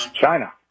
China